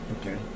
Okay